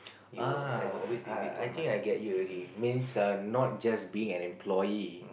uh I think I get you already means not just being an employee